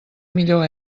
millor